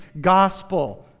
gospel